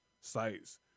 sites